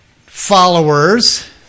followers